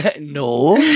No